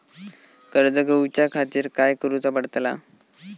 कर्ज घेऊच्या खातीर काय करुचा पडतला?